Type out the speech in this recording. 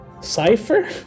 cipher